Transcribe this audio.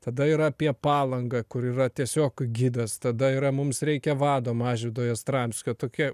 tada ir apie palangą kur yra tiesiog gidas tada yra mums reikia vado mažvydo jastramskio tokia